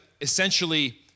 essentially